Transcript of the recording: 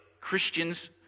Christians